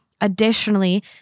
Additionally